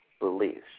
beliefs